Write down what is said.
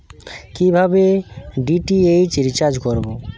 কিভাবে DTH recharge করব?